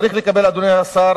אדוני השר,